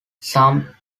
some